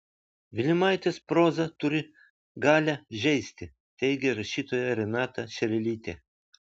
vilimaitės proza turi galią žeisti teigia rašytoja renata šerelytė